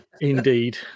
indeed